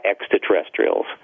extraterrestrials